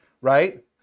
right